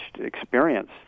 experience